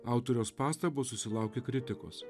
autoriaus pastabos susilaukė kritikos